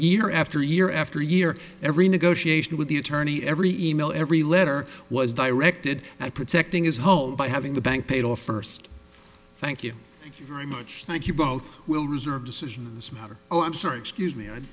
year after year after year every negotiation with the attorney every email every letter was directed at protecting his home by having the bank paid off first thank you thank you very much thank you both we'll reserve decisions matter oh i'm sorry excuse me i'm